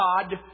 God